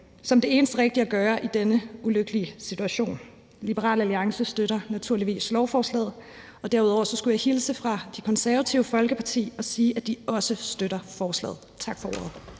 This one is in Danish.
som det eneste rigtige at gøre i denne ulykkelige situation. Liberal Alliance støtter naturligvis lovforslaget. Derudover skulle jeg hilse fra Det Konservative Folkeparti og sige, at de også støtter forslaget. Tak for ordet.